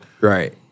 Right